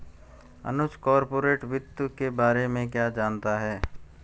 अनुज corporate वित्त के बारे में क्या जानता है?